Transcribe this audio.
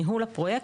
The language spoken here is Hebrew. ניהול הפרויקט,